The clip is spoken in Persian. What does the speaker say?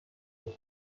عیار